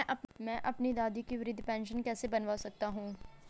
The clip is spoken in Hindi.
मैं अपनी दादी की वृद्ध पेंशन कैसे बनवा सकता हूँ?